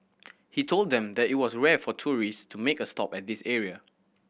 he told them that it was rare for tourist to make a stop at this area